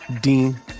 Dean